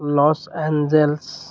loss Angeles